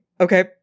okay